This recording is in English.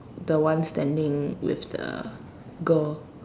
the ones standing with the girl